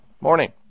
Morning